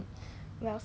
I mean 我妈妈